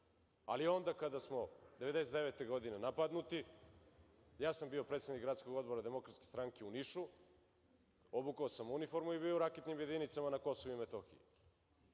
ali onda kada smo 1999. godine napadnuti, ja sam bio predsednik Gradskog odbora DS u Nišu, obukao sam uniformu i bio na raketnim jedinicama na Kosovu i Metohiji. Ja